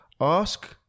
ask